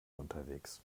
unterwegs